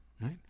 right